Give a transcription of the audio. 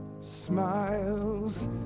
Smiles